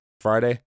Friday